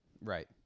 right